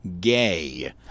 gay